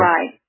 Right